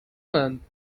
months